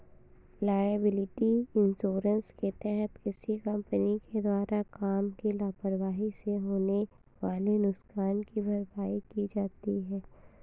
liability insurance के तहत किसी कंपनी के द्वारा काम की लापरवाही से होने वाले नुकसान की भरपाई की जाती है